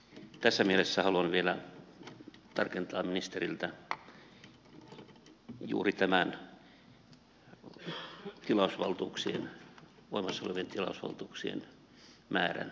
tässä mielessä haluan vielä tarkentaa ministeriltä juuri tämän voimassa olevien tilausvaltuuksien määrän tällä hetkellä